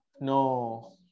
no